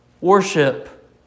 Worship